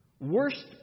worst